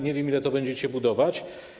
Nie wiem, ile to będziecie budować.